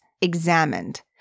examined